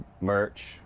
merch